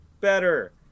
better